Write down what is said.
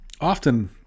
Often